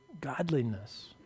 godliness